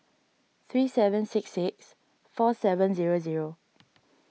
three seven six six four seven zero zero